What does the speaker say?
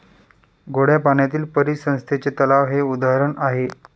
गोड्या पाण्यातील परिसंस्थेचे तलाव हे उदाहरण आहे